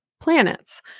planets